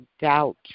doubt